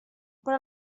per